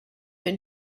been